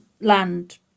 land